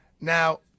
Now